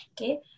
okay